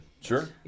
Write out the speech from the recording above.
Sure